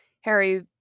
Harry